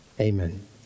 amen